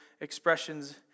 expressions